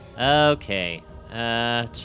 Okay